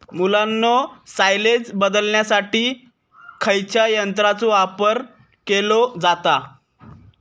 मुलांनो सायलेज बदलण्यासाठी खयच्या यंत्राचो वापर केलो जाता?